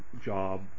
job